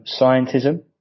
scientism